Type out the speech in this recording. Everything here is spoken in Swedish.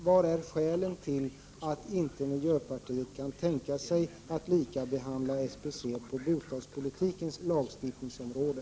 Vad är skälet till att miljöpartiet inte kan tänka sig att likabehandla SBC på bostadspolitikens lagstiftningsområde?